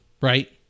right